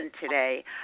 today